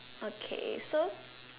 okay so